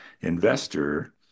investor